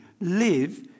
live